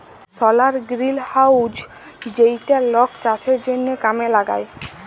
সলার greenhouse যেইটা লক চাষের জনহ কামে লাগায়